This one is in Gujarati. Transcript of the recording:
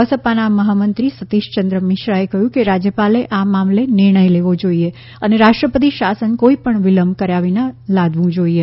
બસપાના મહામંત્રી સતિષયંદ્ર મિશ્રાએ કહ્યું કે રાજ્યપાલે આ મામલે નિર્ણય લેવો જોઈએ અને રાષ્ટ્રપતિ શાસન કોઈ પણ વિલંબ કર્યા વિના લાદવું જોઈએ